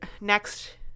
next